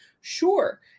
Sure